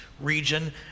region